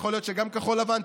יכול להיות שגם כחול לבן תצמח,